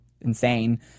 insane